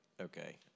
okay